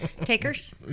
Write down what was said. Takers